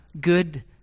good